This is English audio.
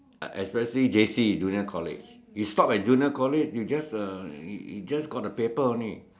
especially J_C junior college you stop at junior college you just uh you you just got the paper only